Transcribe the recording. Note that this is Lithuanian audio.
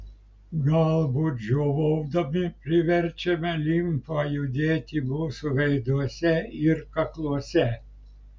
galbūt žiovaudami priverčiame limfą judėti mūsų veiduose ir kakluose